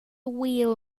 wheel